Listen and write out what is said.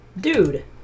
dude